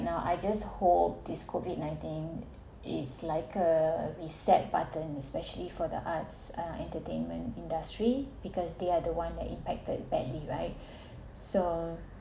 now I just hope this COVID nineteen is like a reset button especially for the arts uh entertainment industry because they are the one that impacted badly right so